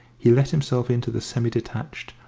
he let himself into the semi-detached,